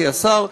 כי השר,